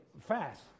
fast